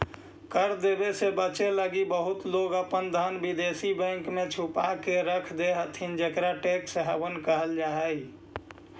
कर देवे से बचे लगी बहुत लोग अपन धन विदेशी बैंक में छुपा के रखऽ हथि जेकरा टैक्स हैवन कहल जा हई